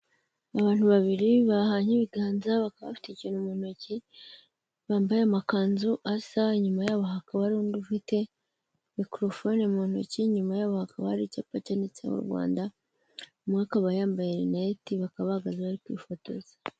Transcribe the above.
Abantu babiri bahanye ibiganza bakaba bafite ikintu mu ntoki, bambaye amakanzu asa, inyuma yabo hakaba hariho undi ufite mikorofoni mu ntoki, inyuma yabo hakaba hari icyapa cyanditse Rwanda, umwe akaba yambaye rineti bakaba bahagaze bari kwifotoza.